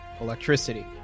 electricity